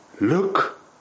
look